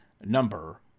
number